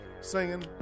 singing